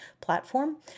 platform